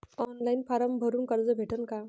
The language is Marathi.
ऑनलाईन फारम भरून कर्ज भेटन का?